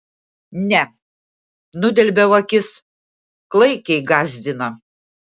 ne nudelbiau akis klaikiai gąsdina